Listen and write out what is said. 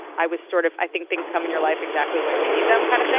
i was sort of, i think things come in your life exactly when you need them kind of thing,